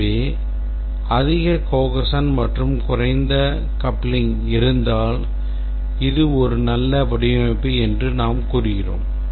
எனவே அதிக cohesion மற்றும் குறைந்த coupling இருந்தால் இது ஒரு நல்ல வடிவமைப்பு என்று நாம் கூறுகிறோம்